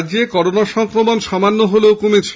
রাজ্যে করোনা সংক্রমণ সামান্য হলেও কমেছে